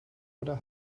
oder